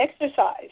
exercise